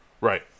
Right